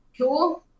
Cool